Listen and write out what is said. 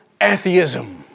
atheism